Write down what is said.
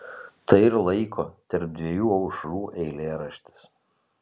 tai ir laiko tarp dviejų aušrų eilėraštis